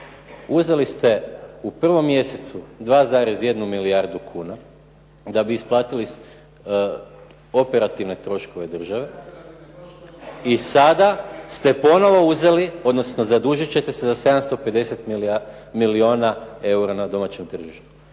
Uzeli ste u prvom mjesecu 2,1 milijardu kuna da bi isplatili operativne troškove države… … /Upadica se ne čuje./… I sada ste ponovo uzeli odnosno zadužit ćete se za 750 milijuna eura na domaćem tržištu.